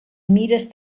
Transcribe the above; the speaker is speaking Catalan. mires